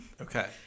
Okay